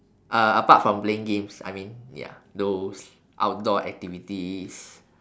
uh apart from playing games I mean ya those outdoor activities